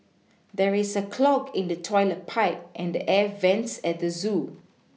there is a clog in the toilet pipe and the air vents at the zoo